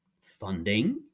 funding